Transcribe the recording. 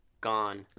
gone